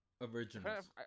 originals